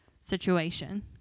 situation